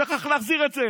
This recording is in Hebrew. הוא שכח להחזיר את זה,